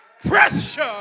Pressure